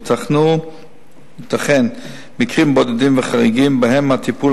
ייתכנו מקרים בודדים וחריגים שבהם הטיפול